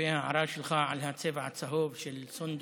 לגבי ההערה שלך על הצבע הצהוב של סונדוס,